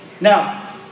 Now